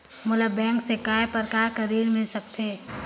मोला बैंक से काय प्रकार कर ऋण मिल सकथे?